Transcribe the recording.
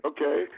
Okay